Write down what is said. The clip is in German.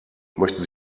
möchten